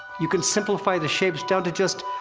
you can simplify the shapes down to just.